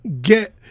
get